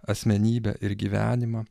asmenybę ir gyvenimą